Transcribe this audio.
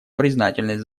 признательность